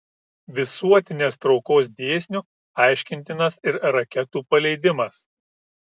visuotinės traukos dėsniu aiškintinas ir raketų paleidimas